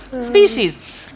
species